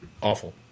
awful